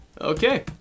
Okay